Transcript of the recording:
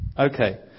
Okay